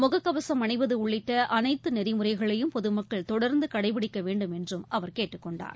முகக்கவசம் அணிவது உள்ளிட்ட அனைத்து நெறிமுறைகளையும் பொதுமக்கள் தொடர்ந்து கடைபிடிக்க வேண்டும் என்றும் அவர் கேட்டுக் கொண்டார்